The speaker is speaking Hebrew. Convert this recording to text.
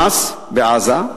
כמו ה"חמאס" בעזה,